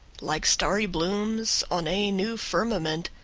like starry blooms on a new firmament,